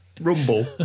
Rumble